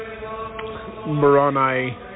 moroni